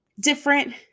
different